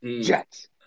Jets